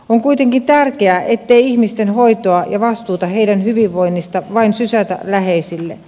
on kuitenkin tärkeää ettei ihmisten hoitoa ja vastuuta heidän hyvinvoinnistaan vain sysätä läheisille